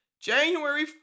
January